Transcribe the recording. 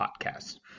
podcast